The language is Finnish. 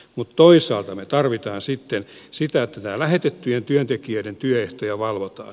mutta toisaalta me tarvitsemme sitä että lähetettyjen työntekijöiden työehtoja valvotaan